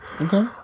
okay